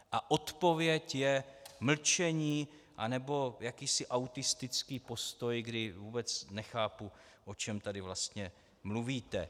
A odpověď je mlčení anebo jakýsi autistický postoj, kdy vůbec nechápu, o čem tady vlastně mluvíte.